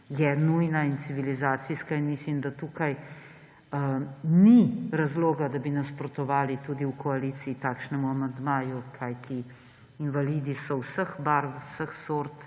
je nujna in civilizacijska. Mislim, da tukaj ni razloga, da bi nasprotovali tudi v koaliciji takšnemu amandmaju, kajti invalidi so vseh barv, vseh sort.